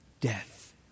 Death